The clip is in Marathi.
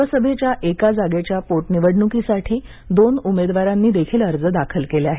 लोकसभेच्या एका जागेच्या पोटनिवडणुकीसाठी दोन उमेदवारांनी देखील अर्ज दाखल केले आहेत